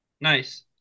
Nice